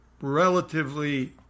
relatively